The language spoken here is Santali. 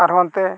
ᱟᱨᱦᱚᱸ ᱦᱟᱱᱛᱮ